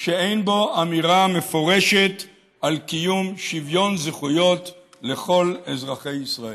שאין בו אמירה מפורשת על קיום שוויון זכויות לכל אזרחי ישראל,